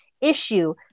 issue